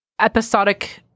episodic